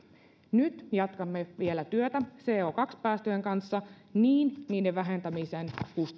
nyt jatkamme vielä työtä co päästöjen kanssa niiden vähentämiseen